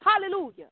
hallelujah